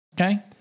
Okay